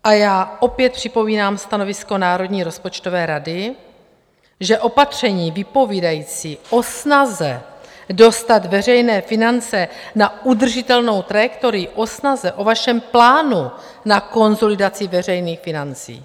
A já opět připomínám stanovisko Národní rozpočtové rady, že opatření vypovídající o snaze dostat veřejné finance na udržitelnou trajektorii, o snaze, o vašem plánu na konsolidaci veřejných financí...